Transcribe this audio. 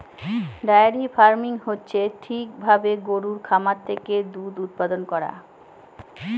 diary farming হচ্ছে ঠিক ভাবে গরুর খামার থেকে দুধ উৎপাদান করা